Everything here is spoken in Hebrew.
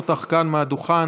קודם כול, נשמע את התוצאות.